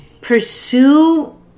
pursue